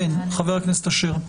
בבקשה.